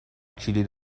کلید